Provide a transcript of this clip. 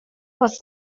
was